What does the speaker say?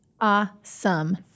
Awesome